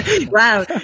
Wow